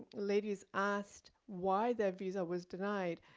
ladies asked why their visa was denied.